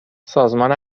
سازمان